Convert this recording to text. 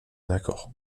accord